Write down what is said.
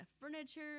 furniture